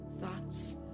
thoughts